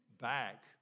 back